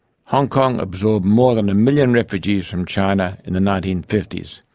hong kong absorbed more than a million refugees from china in the nineteen fifty s,